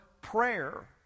prayer